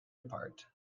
apart